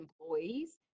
employees